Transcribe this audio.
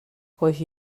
coix